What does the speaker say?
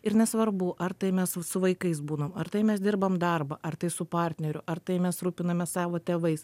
ir nesvarbu ar tai mes s su vaikais būnam ar tai mes dirbam darbą ar tai su partneriu ar tai mes rūpinamės savo tėvais